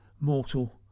mortal